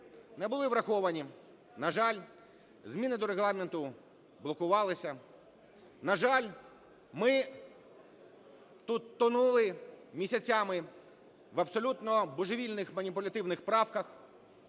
не були враховані, на жаль, зміни до Регламенту блокувалися, на жаль, ми тут тонули місяцями в абсолютно божевільних маніпулятивних правках.